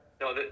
No